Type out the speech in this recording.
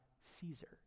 Caesar